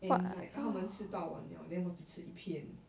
and like 他们吃到完了 then 我只吃一片